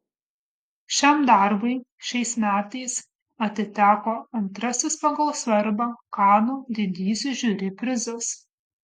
šiam darbui šiais metais atiteko antrasis pagal svarbą kanų didysis žiuri prizas